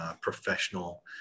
professional